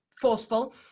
forceful